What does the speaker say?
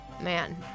man